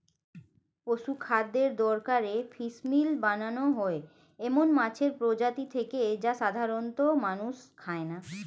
পশুখাদ্যের দরকারে ফিসমিল বানানো হয় এমন মাছের প্রজাতি থেকে যা সাধারনত মানুষে খায় না